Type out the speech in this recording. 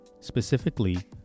specifically